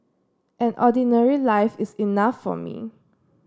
an ordinary life is enough for me